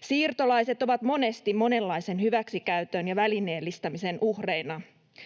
Siirtolaiset ovat monesti monenlaisen hyväksikäytön ja välineellistämisen uhreina.